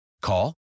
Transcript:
Call